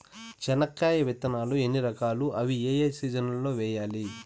చెనక్కాయ విత్తనాలు ఎన్ని రకాలు? అవి ఏ ఏ సీజన్లలో వేయాలి?